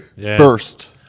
First